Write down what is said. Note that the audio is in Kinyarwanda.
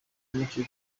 muto